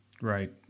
Right